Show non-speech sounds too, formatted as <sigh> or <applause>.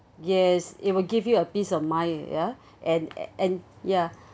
yes it will give you a piece of mind eh ya <breath> and and and ya